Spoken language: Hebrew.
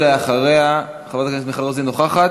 נוכחת?